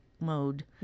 Mode